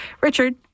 Richard